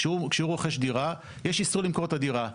כשהוא רוכש דירה יש איסור למכור את הדירה.